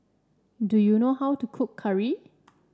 do you know how to cook curry